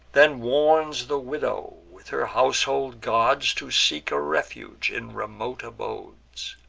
then warns the widow, with her household gods, to seek a refuge in remote abodes.